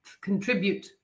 contribute